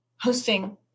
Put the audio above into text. hosting